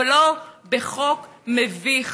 אבל לא בחוק מביך,